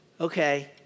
Okay